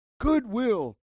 goodwill